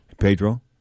Pedro